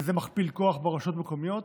וזה מכפיל כוח ברשויות המקומיות,